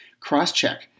CrossCheck